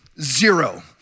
Zero